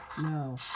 No